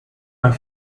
and